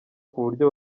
kuburyo